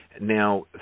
Now